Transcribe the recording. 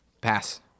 Pass